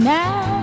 now